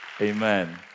Amen